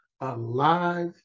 alive